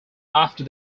after